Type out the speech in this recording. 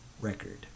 record